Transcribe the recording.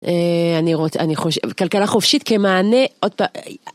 אני רוצה, אני חושב, כלכלה חופשית כמענה עוד פעם